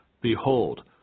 Behold